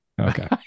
Okay